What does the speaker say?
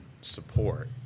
support